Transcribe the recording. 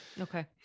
Okay